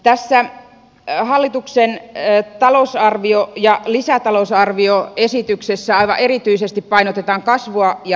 tässä hallituksen talousarvio ja lisätalousarvioesityksessä aivan erityisesti painotetaan kasvua ja työllisyyttä